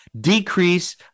Decrease